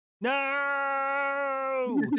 no